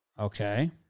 Okay